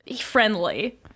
friendly